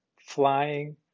flying